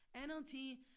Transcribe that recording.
nlt